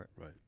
Right